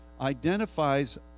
identifies